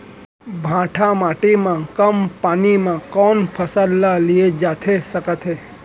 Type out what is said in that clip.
भांठा माटी मा कम पानी मा कौन फसल लिए जाथे सकत हे?